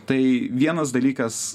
tai vienas dalykas